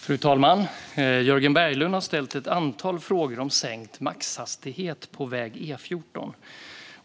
Fru talman! Jörgen Berglund har ställt ett antal frågor om sänkt maxhastighet på väg E14.